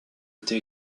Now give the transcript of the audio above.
été